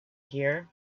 here